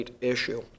issue